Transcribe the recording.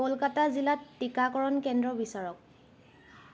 কলকাতা জিলাত টীকাকৰণ কেন্দ্ৰ বিচাৰক